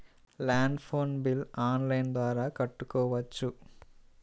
Land phone bill online ద్వారా కట్టుకోవచ్చు?